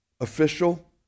official